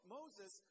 Moses